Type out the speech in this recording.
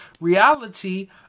reality